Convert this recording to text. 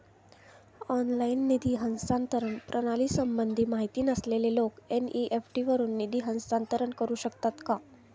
Online निधी हस्तांतरण प्रणालीसंबंधी माहिती नसलेले लोक एन.इ.एफ.टी वरून निधी हस्तांतरण करू शकतात का?